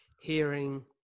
hearing